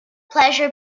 pleasure